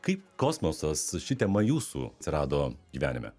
kaip kosmosas ši tema jūsų atsirado gyvenime